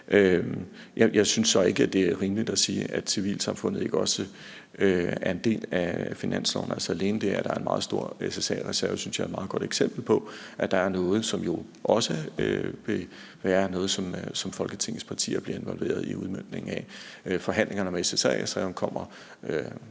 Jeg synes så ikke, det er rimeligt at sige, at civilsamfundet ikke også er en del af finansloven. Altså, alene det, at der er en meget stor SSA-reserve, synes jeg er et meget godt eksempel på, at der er noget, som jo også vil være noget, som Folketingets partier bliver involveret i udmøntningen af. Forhandlingerne om SSA-reserven kommer